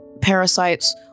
parasites